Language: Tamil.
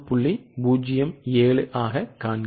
07 ஆகக் காண்க